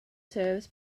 serves